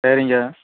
சரிங்க